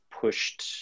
pushed